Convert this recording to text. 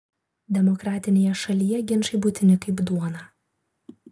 demokratinėje šalyje ginčai būtini kaip duona